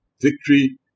victory